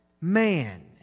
man